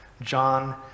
john